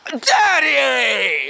daddy